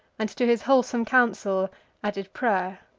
and to his wholesome counsel added pray'r.